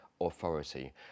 authority